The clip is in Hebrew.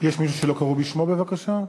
שלא קראו בשמו, בבקשה?